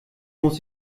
muss